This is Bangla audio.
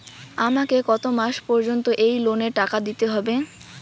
আমাকে কত মাস পর্যন্ত এই লোনের টাকা দিতে হবে?